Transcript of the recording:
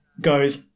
goes